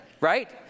right